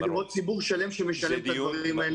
ולראות ציבור שלם שמשלם את הדברים האלה.